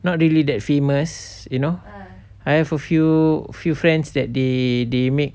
not really that famous you know I have a few few friends that they they make